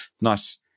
Nice